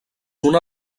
una